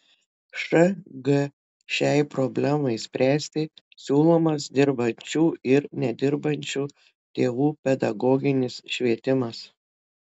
šg šiai problemai spręsti siūlomas dirbančių ir nedirbančių tėvų pedagoginis švietimas